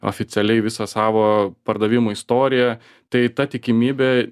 oficialiai visą savo pardavimų istoriją tai ta tikimybė